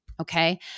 Okay